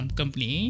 company